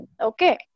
Okay